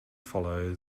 follow